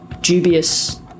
dubious